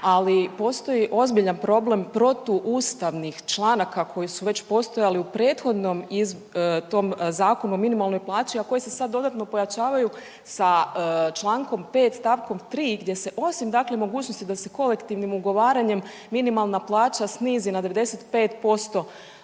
ali postoji ozbiljan problem protuustavnih članaka koji su već postojali u prethodnom tom zakonu o minimalnoj plaći, a koji se sad dodatno pojačavaju sa čl. 5 st. 3 gdje se, osim dakle, mogućnosti da se kolektivnim ugovaranjem minimalna plaća snizi na 95%